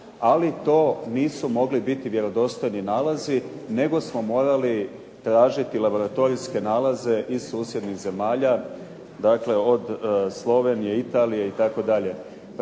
ali to nisu mogli biti vjerodostojni nalazi nego smo morali tražiti laboratorijske nalaze iz susjednih zemalja, dakle, od Slovenije, Italije itd..